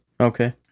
Okay